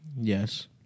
Yes